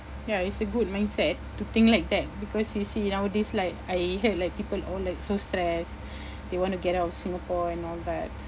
ya it's a good mindset to think like that because you see nowadays like I heard like people all like so stressed they want to get out of Singapore and all that